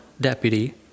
deputy